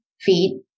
feet